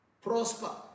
prosper